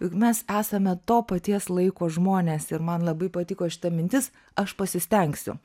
juk mes esame to paties laiko žmonės ir man labai patiko šita mintis aš pasistengsiu